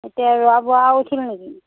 এতিয়া ৰোৱা বোৱা উঠিল নেকি